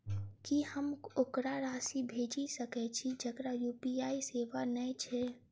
की हम ओकरा राशि भेजि सकै छी जकरा यु.पी.आई सेवा नै छै?